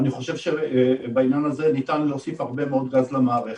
אני חושב שבעניין הזה ניתן להוסיף הרבה מאוד גז למערכת.